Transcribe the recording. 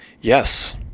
Yes